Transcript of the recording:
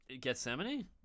Gethsemane